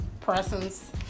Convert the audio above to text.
presence